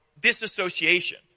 disassociation